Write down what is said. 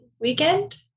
weekend